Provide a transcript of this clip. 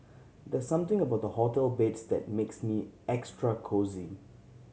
there's something about hotel beds that makes me extra cosy